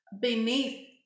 beneath